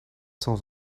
cent